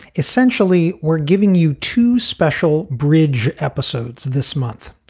essentially we're giving you two special bridge episodes this month.